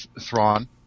Thrawn